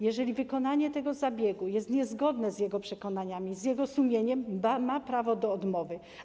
Jeżeli wykonanie tego zabiegu jest niezgodne z jego przekonaniami, z jego sumieniem, ma prawo do odmowy.